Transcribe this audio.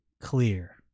clear